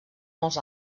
molts